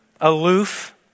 aloof